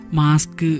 mask